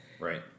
Right